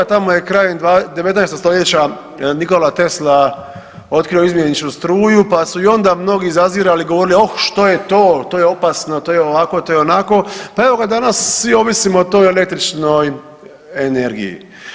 Tamo je krajem 19. stoljeća Nikola Tesla otkrio izmjeničnu struju, pa su i onda mnogi zazirali i govorili oh što je to, to je opasno, to je ovako, to je onako, pa evo ga danas svi ovisimo o toj električnoj energiji.